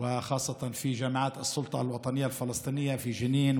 ובפרט באוניברסיטאות הרשות הפלסטינית: ג'נין,